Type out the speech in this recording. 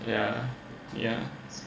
yeah yeah